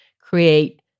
create